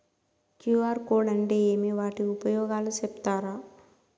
QR code అంటే ఏమి వాటి ఉపయోగాలు సెప్తారా?